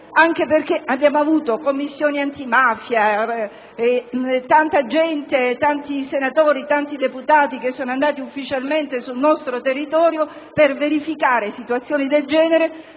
anche perché abbiamo avuto Commissioni antimafia e tanti senatori e deputati che sono andati ufficialmente sul nostro territorio per verificare situazioni del genere